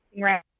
right